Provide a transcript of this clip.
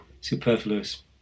superfluous